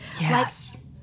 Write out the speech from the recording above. Yes